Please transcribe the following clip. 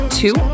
two